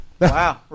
Wow